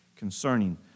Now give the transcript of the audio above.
Concerning